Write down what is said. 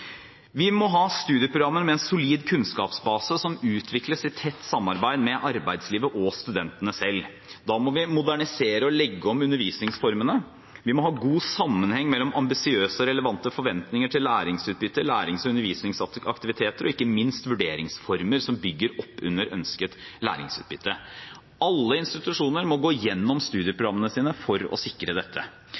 Vi må ha studieprogrammer med en solid kunnskapsbase som utvikles i tett samarbeid med arbeidslivet og studentene selv. Da må vi modernisere og legge om undervisningsformene, og vi må ha god sammenheng mellom ambisiøse og relevante forventninger til læringsutbytte, lærings- og undervisningsaktiviteter og ikke minst vurderingsformer som bygger opp under ønsket læringsutbytte. Alle institusjoner må gå gjennom studieprogrammene sine for å sikre dette.